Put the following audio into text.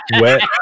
wet